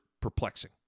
perplexing